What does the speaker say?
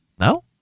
No